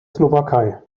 slowakei